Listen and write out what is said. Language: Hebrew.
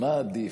מה עדיף,